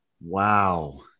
Wow